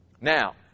Now